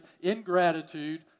ingratitude